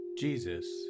Jesus